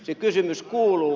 se kysymys kuuluu